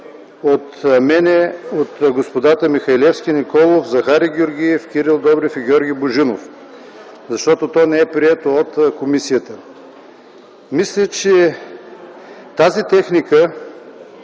от мен, от господата Михалевски, Николов, Захари Георгиев, Кирил Добрев и Георги Божинов, защото то не е прието от комисията. Мисля, че тази техника